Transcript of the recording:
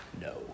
No